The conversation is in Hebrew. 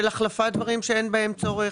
של החלפת דברים שאין בהם צורך.